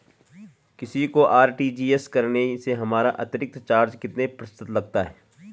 किसी को आर.टी.जी.एस करने से हमारा अतिरिक्त चार्ज कितने प्रतिशत लगता है?